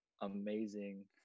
amazing